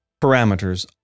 parameters